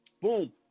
boom